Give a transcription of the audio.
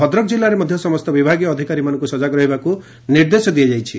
ଭଦ୍ରକ ଜିଲ୍ଲାରେ ମଧ ସମସ୍ତ ବିଭାଗୀୟ ଅଧିକାରୀଙ୍କୁ ସଜାଗ ରହିବାକୁ ନିର୍ଦ୍ଦେଶ ଦିଆଯାଇଛି